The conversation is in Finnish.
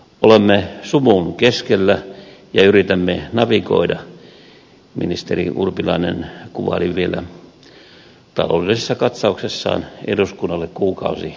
olemme sumun keskellä ja yritämme navigoida ministeri urpilainen kuvaili vielä taloudellisessa katsauksessaan eduskunnalle kuukausi sitten